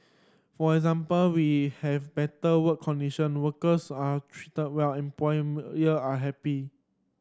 for example we have better work condition workers are treated well are happy